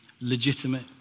legitimate